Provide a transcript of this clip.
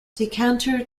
decanter